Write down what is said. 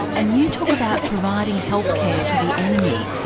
and you talk about providing health care to the enemy.